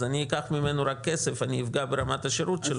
אז אני אקח ממנו רק כסף ואני אפגע ברמת השירות שלו